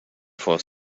for